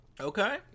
Okay